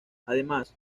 además